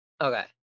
Okay